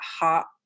heart